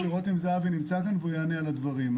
בוודאי, רותם זהבי נמצא כאן והוא יענה על הדברים.